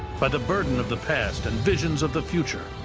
by the burden of the past and visions of the future,